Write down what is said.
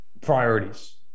priorities